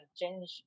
change